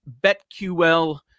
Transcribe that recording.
BetQL